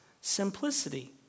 simplicity